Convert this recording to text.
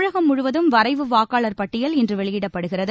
தமிழகம் முழுவதும் வரைவு வாக்காளர் பட்டியல் இன்று வெளியிடப்படுகிறது